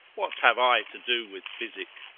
what have i to do with physic?